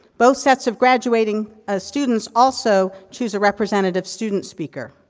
both sets of graduating ah students, also choose a representative student speaker,